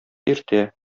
иртә